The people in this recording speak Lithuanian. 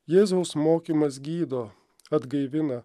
jėzaus mokymas gydo atgaivina